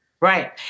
Right